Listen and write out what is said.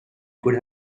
could